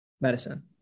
medicine